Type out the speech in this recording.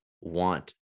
want